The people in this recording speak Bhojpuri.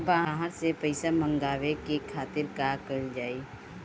बाहर से पइसा मंगावे के खातिर का कइल जाइ?